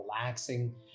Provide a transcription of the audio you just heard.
relaxing